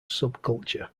subculture